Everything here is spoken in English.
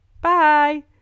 Bye